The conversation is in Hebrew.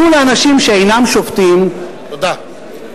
תנו לאנשים שאינם שופטים לשפוט,